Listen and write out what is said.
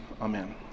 amen